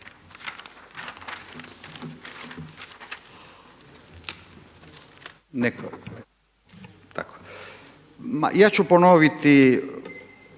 Pa ću ponoviti